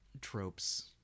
tropes